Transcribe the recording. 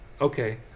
okay